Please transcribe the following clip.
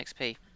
XP